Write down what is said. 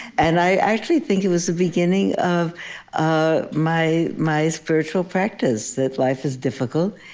and i actually think it was the beginning of ah my my spiritual practice that life is difficult.